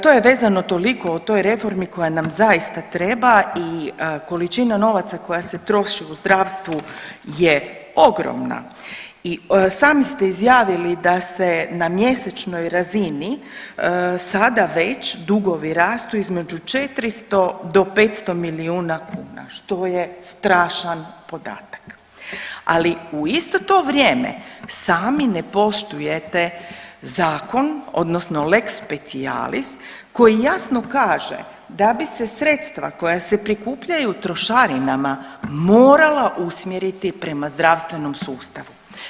To je, to je vezano toliko u toj reformi koja nam zaista treba i količina novaca koja se troši u zdravstvu je ogromna i sami ste izjavili da se na mjesečnoj razini sada već dugovi rastu između 400 do 500 milijuna kuna što je strašan podatak, ali u isto to vrijeme sami ne poštujete zakon odnosno lex specialis koji jasno kaže da bi se sredstva koja se prikupljaju trošarinama morala usmjeriti prema zdravstvenom sustavu.